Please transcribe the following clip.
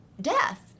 death